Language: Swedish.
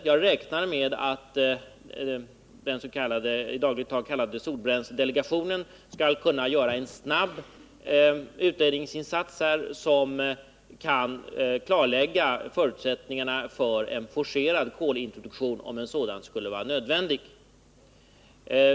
Jag räknar med att den i dagligt tal kallade solbränsledelegationen skall kunna göra en snabb utredningsinsats, som klarlägger förutsättningarna för en forcerad kolintroduktion om en sådan skulle vara nödvändig.